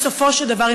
בסופו של דבר,